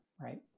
right